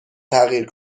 تغییر